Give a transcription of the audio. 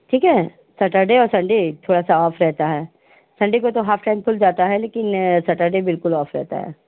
ठीक है सटरडे और संडे थोड़ा सा ऑफ रहता है संडे को तो हाफ टाइम खुल जाता है लेकिन सटरडे बिल्कुल ऑफ रहता है